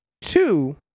Two